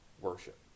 worship